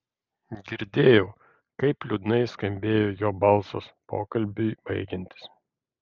girdėjau kaip liūdnai skambėjo jo balsas pokalbiui baigiantis